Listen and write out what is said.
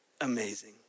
Amazing